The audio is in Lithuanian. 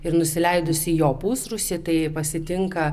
ir nusileidus į jo pusrūsį tai pasitinka